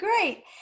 great